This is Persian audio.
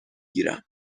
گیرم